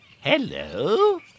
Hello